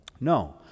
No